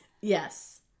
Yes